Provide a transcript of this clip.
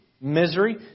Misery